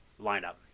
lineup